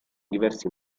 diversi